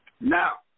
Now